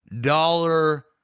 dollar